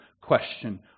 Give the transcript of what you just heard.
question